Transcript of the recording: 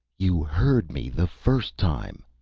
you heard me the first time,